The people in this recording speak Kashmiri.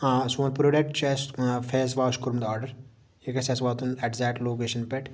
آ سون پرٛوڈَکٹ چھُ اَسہِ فیس واش کوٚرمُت آرڈر یہِ گژھِ اَسہِ واتُن ایٚکزیکٹ لوکیشن پٮ۪ٹھ